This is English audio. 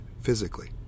physically